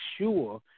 sure